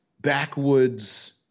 backwoods